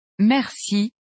Merci